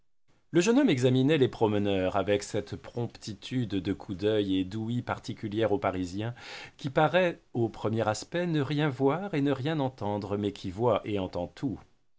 le jeune homme examinait les promeneurs avec cette promptitude de coup d'œil et d'ouïe particulière au parisien qui paraît au premier aspect ne rien voir et ne rien entendre mais qui voit et entend tout